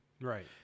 Right